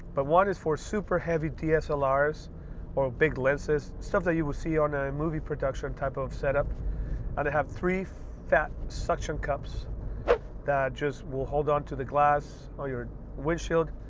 but one is for super heavy dslrs or big lenses stuff that you will see on movie production type of setup they and have three fat suction cups that just will hold on to the glass or your windshield.